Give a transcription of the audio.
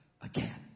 again